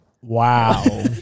Wow